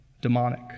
demonic